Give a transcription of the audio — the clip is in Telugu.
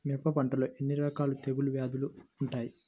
మిరప పంటలో ఎన్ని రకాల తెగులు వ్యాధులు వుంటాయి?